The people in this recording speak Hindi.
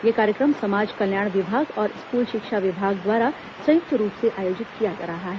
यह कार्यक्रम समाज कल्याण विभाग और स्कूल शिक्षा विभाग द्वारा संयुक्त रूप से आयोजित किया जा रहा है